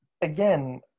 again